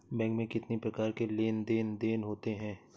Bank में कितनी प्रकार के लेन देन देन होते हैं?